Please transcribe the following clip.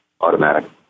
automatic